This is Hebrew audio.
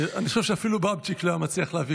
אני חושב שאפילו בבצ'יק לא היה מצליח להביא